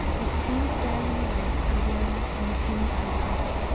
which came to bear him away to avalun and the queen argante,